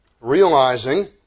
realizing